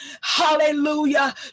hallelujah